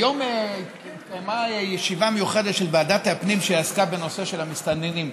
היום התקיימה ישיבה מיוחדת של ועדת הפנים שעסקה בנושא של המסתננים,